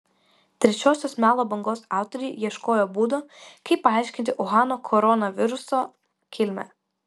trečiosios melo bangos autoriai ieškojo būdų kaip paaiškinti uhano koronaviruso kilmę